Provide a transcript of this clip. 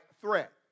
threat